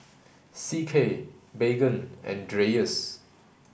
C K Baygon and Dreyers